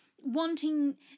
wanting